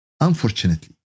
unfortunately